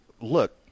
Look